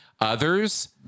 Others